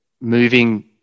moving